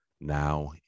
Now